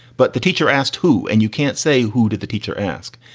but the teacher asked who? and you can't say who. did the teacher ask.